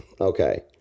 Okay